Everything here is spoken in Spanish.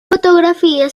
fotografía